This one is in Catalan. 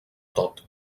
tot